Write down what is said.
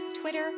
Twitter